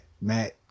Matt